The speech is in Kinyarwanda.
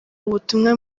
ubutumwa